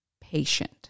patient